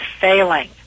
failing